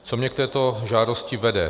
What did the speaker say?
Co mě k této žádosti vede.